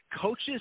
coaches